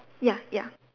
ya ya